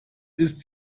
ist